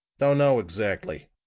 don't know, exactly,